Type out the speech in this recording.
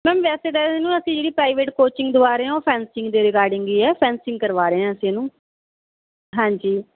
ma'am ਵੈਸੇ ਤਾਂ ਇਹਨੂੰ ਅਸੀਂ ਜਿਹੜੀ ਪ੍ਰਾਈਵੇਟ ਕੋਚਿੰਗ ਦਵਾ ਰਹੇ ਹਾਂ ਉਹ ਫੈਂਸਿੰਗ ਦੇ ਰਿਗਾਰਡਿੰਗ ਇਹ ਹੈ ਫੈਂਸਿੰਗ ਕਰਵਾ ਰਹੇ ਹਾਂ ਅਸੀਂ ਇਹਨੂੰ ਹਾਂਜੀ